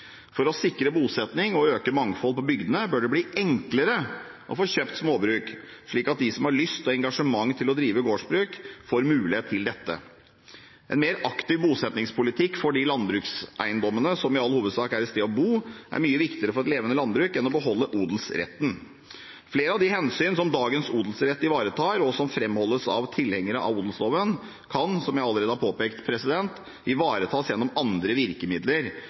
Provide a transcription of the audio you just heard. For å sikre bosetting og økt mangfold på bygdene bør det bli enklere å få kjøpt småbruk, slik at de som har lyst og engasjement til å drive gårdsbruk, får mulighet til dette. En mer aktiv bosettingspolitikk for de landbrukseiendommene som i all hovedsak er et sted å bo, er mye viktigere for et levende landbruk enn å beholde odelsretten. Flere av de hensyn som dagens odelsrett ivaretar, og som framholdes av tilhengere av odelsloven, kan, som jeg allerede har påpekt, ivaretas gjennom andre virkemidler